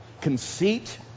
conceit